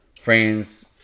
friends